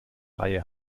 reihe